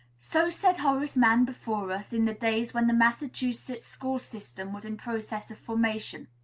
so said horace mann before us, in the days when the massachusetts school system was in process of formation.